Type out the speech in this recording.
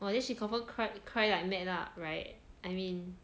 !wah! then she confirm cry cry like mad lah right I mean